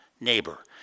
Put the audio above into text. neighbor